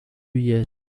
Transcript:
year